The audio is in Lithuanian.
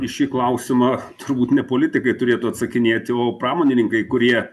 į šį klausimą turbūt ne politikai turėtų atsakinėti o pramonininkai kurie